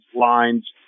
lines